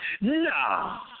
nah